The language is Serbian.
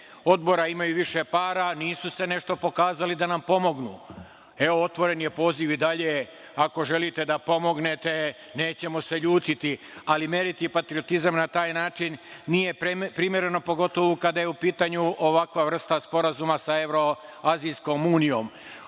odbora i imaju više para i nisu se nešto pokazali da mi pomognu. Otvoren je poziv i dalje. Ako želite da pomognete, nećemo se ljutiti, ali meriti patriotizam na taj način nije primereno, pogotovo kada je u pitanju ovakva vrsta sporazuma sa Evroazijskom unijom. Ono